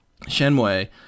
Shenmue